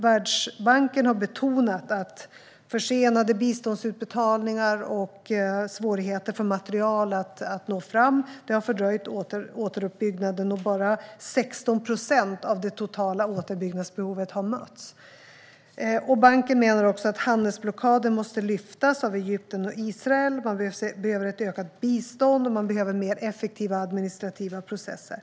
Världsbanken har betonat att försenade biståndsutbetalningar och svårigheter att nå fram med material har fördröjt återuppbyggnaden. Bara 16 procent av det totala återuppbyggnadsbehovet har mötts. Banken menar också att handelsblockaden från Egypten och Israel måste lyftas. Man behöver ett ökat bistånd, och man behöver mer effektiva administrativa processer.